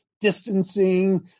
distancing